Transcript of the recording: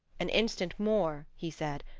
an instant more, he said,